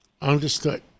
Understood